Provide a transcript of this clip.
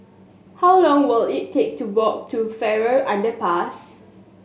how long will it take to walk to Farrer Underpass